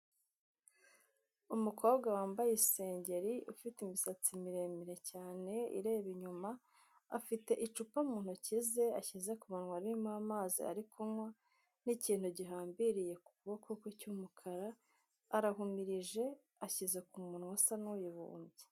Umukobwa wambaye isengeri ufite imisatsi miremire cyane ireba inyuma afite icupa mu ntoki ze ashyize kumunwa ririmo amazi ari kunywa n'ikintu gihambiriye kukuboko kwe cy'umukara arahumirije ashyize ku munwa usa n'uyubumbye.